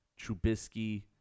Trubisky